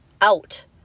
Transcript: out